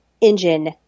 engine